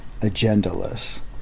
agendaless